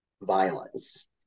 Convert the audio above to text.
violence